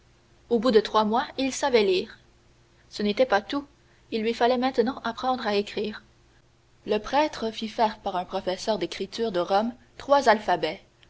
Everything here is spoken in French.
au bout de trois mois il savait lire ce n'était pas tout il lui fallait maintenant apprendre à écrire le prêtre fit faire par un professeur d'écriture de rome trois alphabets